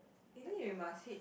is it you must hit